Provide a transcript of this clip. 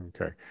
Okay